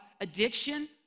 addiction